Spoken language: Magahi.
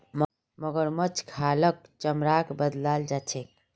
मगरमच्छेर खालक चमड़ात बदलाल जा छेक